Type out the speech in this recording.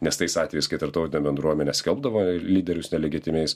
nes tais atvejais kai tarptautinė bendruomenė skelbdavo lyderius nelegitimiais